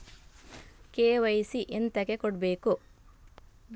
KYC ಎಂತಕೆ ಕೊಡ್ಬೇಕು?